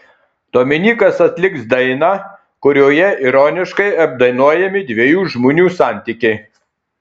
dominykas atliks dainą kurioje ironiškai apdainuojami dviejų žmonių santykiai